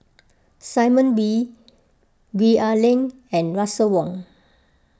Simon Wee Gwee Ah Leng and Russel Wong